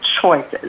choices